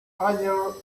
other